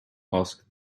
asked